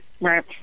right